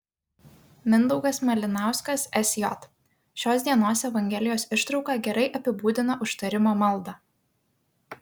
mindaugas malinauskas sj šios dienos evangelijos ištrauka gerai apibūdina užtarimo maldą